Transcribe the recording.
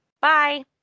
Bye